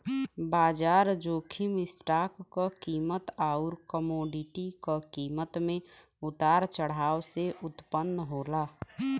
बाजार जोखिम स्टॉक क कीमत आउर कमोडिटी क कीमत में उतार चढ़ाव से उत्पन्न होला